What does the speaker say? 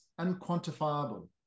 unquantifiable